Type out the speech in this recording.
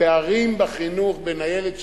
הפערים בחינוך בין הילד שלי,